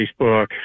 Facebook